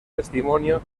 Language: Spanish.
testimonio